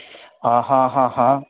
હાં હાં હાં હાં